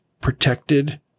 protected